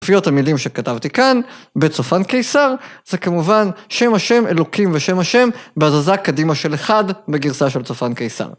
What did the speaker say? מופיעות המילים שכתבתי כאן בצופן קיסר. זה כמובן שם השם ״אלוקים״ ושם השם בהזזה קדימה של אחד בגרסה של צופן קיסר.